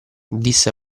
disse